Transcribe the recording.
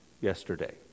yesterday